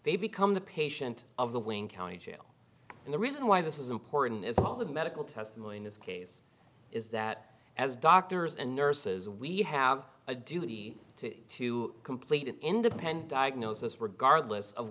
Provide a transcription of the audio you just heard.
they become the patient of the wing county jail and the reason why this is important is all the medical testimony in this case is that as doctors and nurses we have a duty to to complete an independent gnosis regardless of